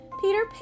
Peter